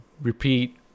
Repeat